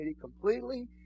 completely